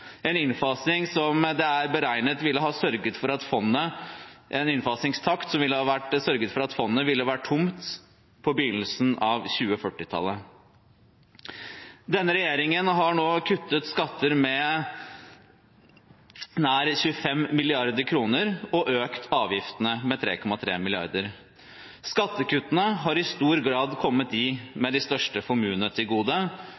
en innfasingstakt som ville ha sørget for at fondet ville vært tomt på begynnelsen av 2040-tallet. Denne regjeringen har nå kuttet skatter med nær 25 mrd. kr og økt avgiftene med 3,3 mrd. kr. Skattekuttene har i stor grad kommet dem med de største formuene til gode,